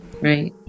right